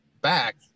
back